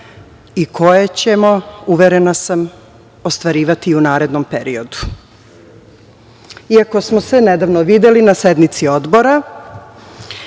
i koje ćemo, uverena sam, ostvarivati i u narednom periodu. Iako smo se nedavno videli na sednici Odbora,